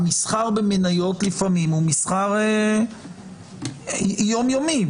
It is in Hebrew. המסחר במניות לפעמים הוא מסחר יום יומי.